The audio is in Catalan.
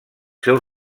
seus